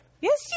Yes